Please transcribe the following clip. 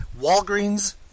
Walgreens